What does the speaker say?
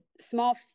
small